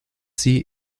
sie